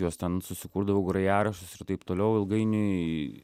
juos ten susikurdavau grojaraščius ir taip toliau ilgainiui